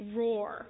roar